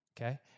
Okay